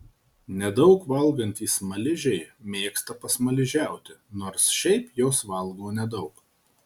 nedaug valgantys smaližiai mėgsta pasmaližiauti nors šiaip jos valgo nedaug